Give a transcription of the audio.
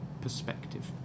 perspective